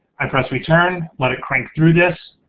i press return, let it crank through this,